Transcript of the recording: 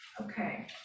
okay